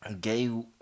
gay